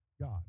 God